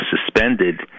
suspended